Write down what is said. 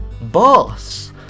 boss